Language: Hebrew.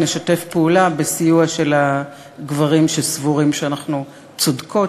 נשתף פעולה בסיוע של הגברים שסבורים שאנחנו צודקות,